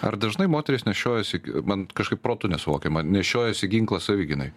ar dažnai moterys nešiojasi man kažkaip protu nesuvokiama nešiojasi ginklą savigynai